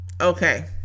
okay